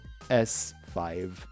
S5